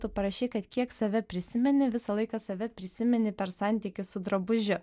tu parašei kad kiek save prisimeni visą laiką save prisimeni per santykį su drabužiu